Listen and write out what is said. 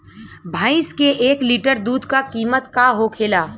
भैंस के एक लीटर दूध का कीमत का होखेला?